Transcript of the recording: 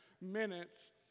minutes